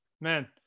man